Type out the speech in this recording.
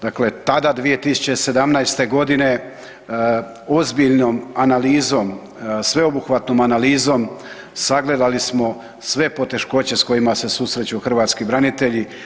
Dakle, tada 2017.g. ozbiljnom analizom, sveobuhvatnom analizom sagledali smo sve poteškoće s kojima se susreću hrvatski branitelji.